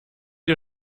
ihr